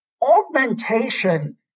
Augmentation